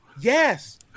Yes